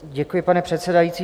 Děkuji, pane předsedající.